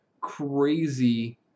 crazy